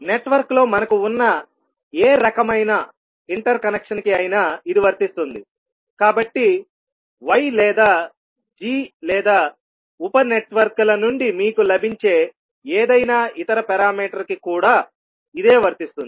నెట్వర్క్లో మనకు ఉన్న ఏ రకమైన ఇంటర్కనెక్షన్ కి అయినా ఇది వర్తిస్తుంది కాబట్టి y లేదా g లేదా ఉప నెట్వర్క్ల నుండి మీకు లభించే ఏదైనా ఇతర పారామీటర్ కి కూడా ఇదే వర్తిస్తుంది